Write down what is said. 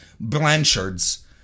Blanchard's